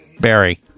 Barry